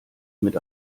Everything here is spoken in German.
mit